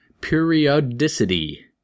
Periodicity